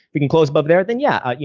we can close above there then yeah, you